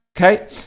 Okay